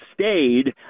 stayed